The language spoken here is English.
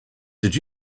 did